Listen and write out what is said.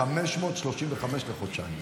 535 לחודשיים.